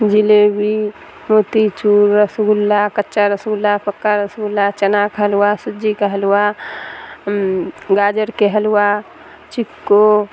jalebi motichoor rasgulla کچا rasgulla پکا rasgulla چنا کا حلوہ سوجی کا حلوہ گاجر کے حلوہ چکو